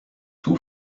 too